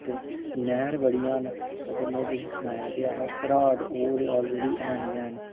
ऐ नैह्र बड़ियां न ते में तुसें गी सनाया ते ऐ हा कि घराट ओह् ते ऑलरेडी हैन गै हैन न